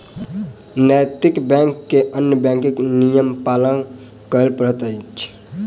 नैतिक बैंक के अन्य बैंकक नियम पालन करय पड़ैत अछि